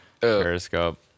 Periscope